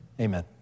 amen